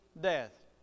death